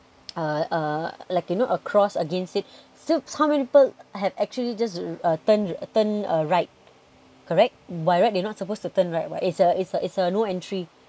uh uh like you know a cross against its so how many people have actually just turned turned right correct by right they're not supposed to turn right what it's a it's a it's a no entry